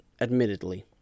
admittedly